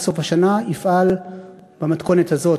עד סוף השנה יפעל במתכונת הזאת,